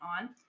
on